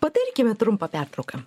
padarykime trumpą pertrauką